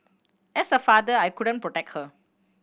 as a father I couldn't protect her